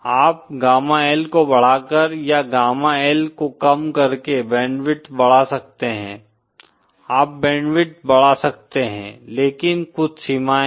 आप gamma L को बढ़ाकर या गामा L को कम करके बैंडविड्थ बढ़ा सकते हैं आप बैंडविड्थ बढ़ा सकते हैं लेकिन कुछ सीमाएं हैं